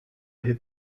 have